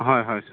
হয় হয়